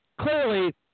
clearly